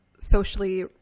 socially